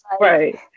right